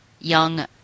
young